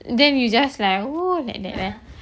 then you just like !woo! like that